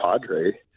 Padre